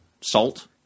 Salt